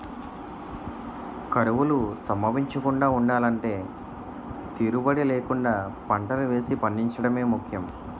కరువులు సంభవించకుండా ఉండలంటే తీరుబడీ లేకుండా పంటలు వేసి పండించడమే ముఖ్యం